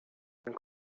این